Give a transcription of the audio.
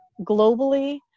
globally